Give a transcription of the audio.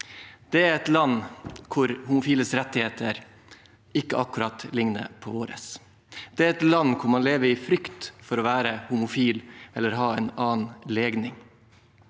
Det er et land hvor homofiles rettigheter ikke akkurat ligner på våre. Det er et land hvor man lever i frykt om man er homofil eller har en annen legning.